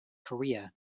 korea